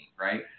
right